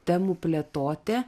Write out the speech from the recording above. temų plėtotė